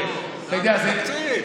תקציב.